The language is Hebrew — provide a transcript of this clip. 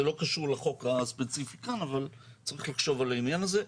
זה לא קשור לחוק הספציפי כאן אבל צריך לחשוב על העניין הזה.